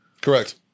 Correct